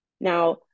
now